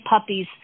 puppies